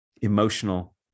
emotional